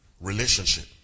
Relationship